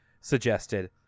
suggested